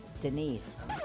Denise